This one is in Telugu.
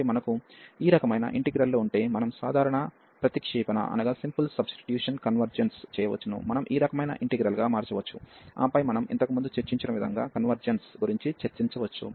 కాబట్టి మనకు ఈ రకమైన ఇంటిగ్రల్ లు ఉంటే మనం సాధారణ ప్రతిక్షేపణ కన్వర్జెన్స్ చేయవచ్చు మనం ఈ రకమైన ఇంటిగ్రల్ గా మారవచ్చు ఆపై మనం ఇంతకుముందు చర్చించిన విధంగా కన్వర్జెన్స్ గురించి చర్చించవచ్చు